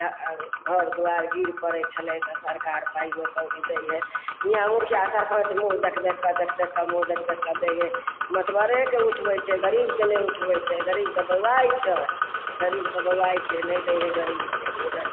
घर दुआरि गिर पड़य छलय तऽ सरकार पाइयो कौड़ी दै हइ इहाँ मुखिआ सरपञ्च मुँह देख देखकऽ देख देखकऽ मुँह देख देखकऽ दै हइ मतबरहेके उठबय छै गरीबके नहि उठबय छै गरीब तऽ बौआइ छै गरीब तऽ बौआइ छै नहि दै हइ गरीबके मुदा